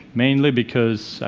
mainly because,